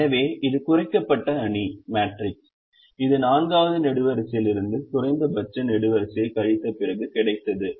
எனவே இது குறைக்கப்பட்ட அணி இது 4 வது நெடுவரிசையிலிருந்து குறைந்தபட்ச நெடுவரிசையை கழித்த பிறகு கிடைத்தது